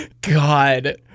God